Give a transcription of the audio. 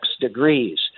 degrees